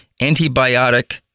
antibiotic